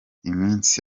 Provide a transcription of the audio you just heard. iminsi